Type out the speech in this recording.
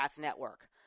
network